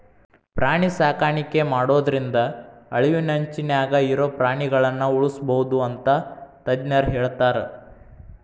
ಪ್ರಾಣಿ ಸಾಕಾಣಿಕೆ ಮಾಡೋದ್ರಿಂದ ಅಳಿವಿನಂಚಿನ್ಯಾಗ ಇರೋ ಪ್ರಾಣಿಗಳನ್ನ ಉಳ್ಸ್ಬೋದು ಅಂತ ತಜ್ಞರ ಹೇಳ್ತಾರ